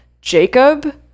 Jacob